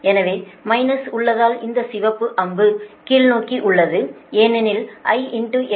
எனவே மைனஸ் உள்ளதால் இந்த சிவப்பு அம்பு கீழ்நோக்கி உள்ளது ஏனெனில் I XC